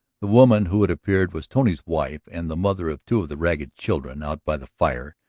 the woman, who, it appeared was tony's wife and the mother of two of the ragged children out by the fire,